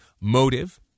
motive